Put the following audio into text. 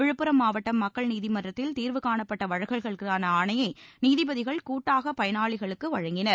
விழுப்புரம் மாவட்டம் மக்கள் நீதிமன்றத்தில் தீர்வு காணப்பட்ட வழக்குகளுக்கான ஆணையை நீதிபதிகள் கூட்டாக பயனாளிகளுக்கு வழங்கினர்